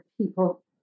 people